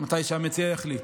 מתי שהמציע יחליט.